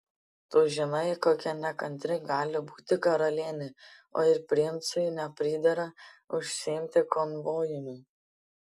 tu žinai kokia nekantri gali būti karalienė o ir princui nepridera užsiimti konvojumi